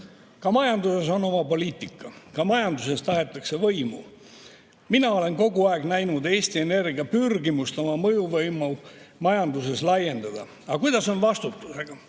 majanduses on oma poliitika, ka majanduses tahetakse võimu. Mina olen kogu aeg näinud Eesti Energia pürgimust oma mõjuvõimu majanduses laiendada. Aga kuidas on vastutusega?